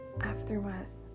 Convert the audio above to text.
aftermath